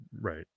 right